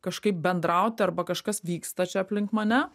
kažkaip bendrauti arba kažkas vyksta čia aplink mane